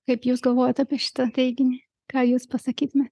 kaip jūs galvojat apie šitą teiginį ką jūs pasakytume